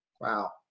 Wow